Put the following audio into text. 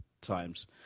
times